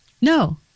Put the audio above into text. No